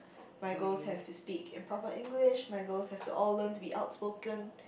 my girls have to speak in proper English my girls have to all learn to be outspoken